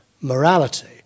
morality